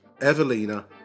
Evelina